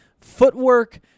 footwork